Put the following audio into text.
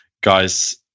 guys